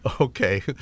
Okay